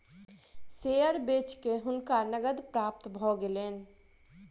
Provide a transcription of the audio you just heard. share बेच के हुनका नकद प्राप्त भ गेलैन